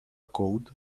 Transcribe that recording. code